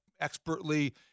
expertly